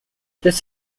this